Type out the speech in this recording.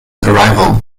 arrival